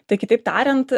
tai kitaip tariant